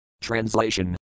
Translation